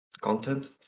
content